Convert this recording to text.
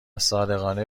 صادقانه